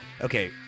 Okay